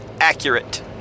accurate